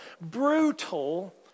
Brutal